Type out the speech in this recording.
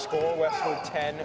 school ten